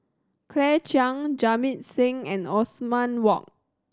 Claire Chiang Jamit Singh and Othman Wok